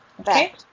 Okay